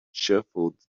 shuffled